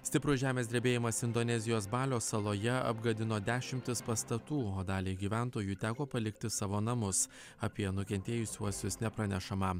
stiprus žemės drebėjimas indonezijos balio saloje apgadino dešimtis pastatų o daliai gyventojų teko palikti savo namus apie nukentėjusiuosius nepranešama